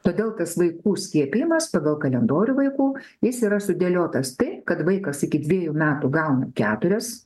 todėl tas vaikų skiepijimas pagal kalendorių vaikų jis yra sudėliotas taip kad vaikas iki dviejų metų gauna keturis